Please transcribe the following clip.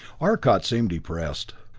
arcot seemed depressed,